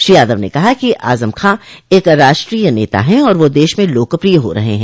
श्री यादव ने कहा कि आजम खां एक राष्ट्रीय नेता है और वह देश में लोकप्रिय हो रहे हैं